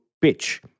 pitch